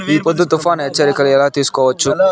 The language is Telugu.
ఈ పొద్దు తుఫాను హెచ్చరికలు ఎలా తెలుసుకోవచ్చు?